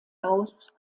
aus